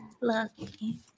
lucky